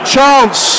Chance